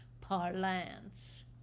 parlance